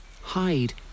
hide